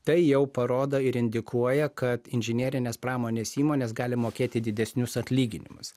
tai jau parodo ir indikuoja kad inžinerinės pramonės įmonės gali mokėti didesnius atlyginimus